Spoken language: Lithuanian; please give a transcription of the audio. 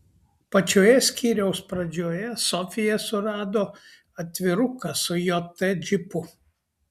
pačioje skyriaus pradžioje sofija surado atviruką su jt džipu